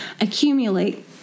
accumulate